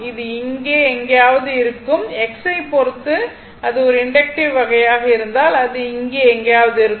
இது இங்கே எங்காவது இருக்கும் X ஐப் பொறுத்து இது ஒரு இண்டக்ட்டிவ் வகையாக இருந்தால் அது இங்கே எங்காவது இருக்கும்